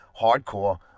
hardcore